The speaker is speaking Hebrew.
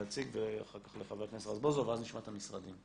להציג ואחר כך לחבר הכנסת רזבוזוב ואז נשמע את המשרדים.